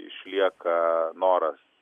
išlieka noras